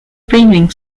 breeding